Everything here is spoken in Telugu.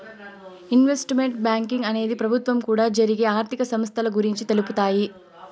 ఇన్వెస్ట్మెంట్ బ్యాంకింగ్ అనేది ప్రభుత్వం కూడా జరిగే ఆర్థిక సంస్థల గురించి తెలుపుతాయి